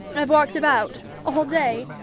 i've walked about all day